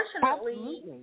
unfortunately